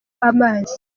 amazi